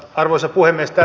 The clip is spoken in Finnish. arvoisa puhemies